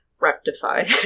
rectify